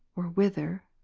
or whither,